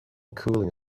cooling